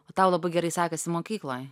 o tau labai gerai sekasi mokykloj